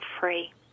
free